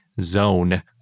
zone